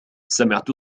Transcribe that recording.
سمعت